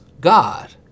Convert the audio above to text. God